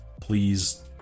Please